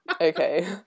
Okay